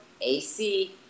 AC